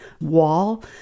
wall